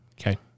Okay